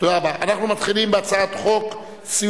אני מברך את היוזמים,